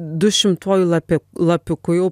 du šimtuoju lapiu lapiuku jau